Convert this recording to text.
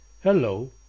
Hello